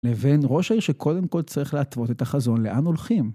לבין ראש העיר שקודם כל צריך להטוות את החזון לאן הולכים.